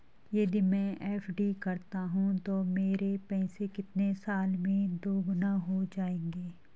यदि मैं एफ.डी करता हूँ तो मेरे पैसे कितने साल में दोगुना हो जाएँगे?